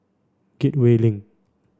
Gateway Link